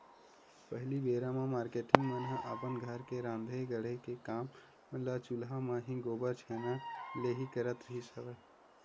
पहिली बेरा म मारकेटिंग मन ह अपन घर के राँधे गढ़े के काम ल चूल्हा म ही, गोबर छैना ले ही करत रिहिस हवय